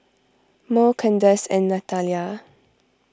Murl Candace and Natalya